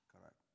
Correct